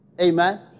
Amen